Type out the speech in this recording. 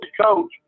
coach